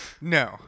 No